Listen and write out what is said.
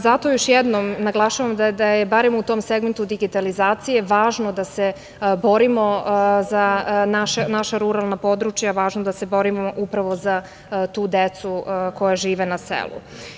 Zato još jednom naglašavam da je barem u tom segmentu digitalizacije važno da se borimo za naša ruralna područja, važno da se borimo upravo za tu decu koja žive na selu.